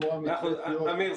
כמו --- אמיר,